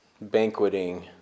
banqueting